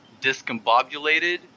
discombobulated